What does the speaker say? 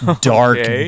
dark